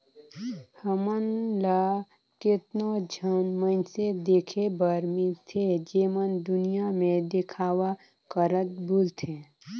हमन ल केतनो झन मइनसे देखे बर मिलथें जेमन दुनियां में देखावा करत बुलथें